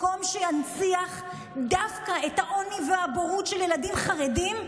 מקום שינציח דווקא את העוני והבורות של ילדים חרדים,